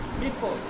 report